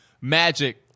magic